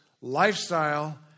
lifestyle